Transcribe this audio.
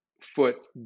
foot